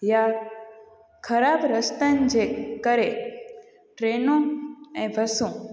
या ख़राबु रस्तनि जे करे ट्रेनूं ऐं बसूं